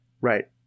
Right